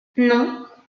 non